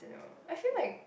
don't know I feel like